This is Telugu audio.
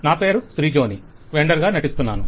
వెండర్ నా పేరు శ్రిజోని వెండర్ గా నటిస్తున్నాను